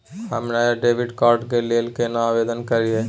हम नया debit card के लेल केना आवेदन करियै?